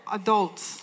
adults